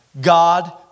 God